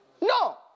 No